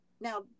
now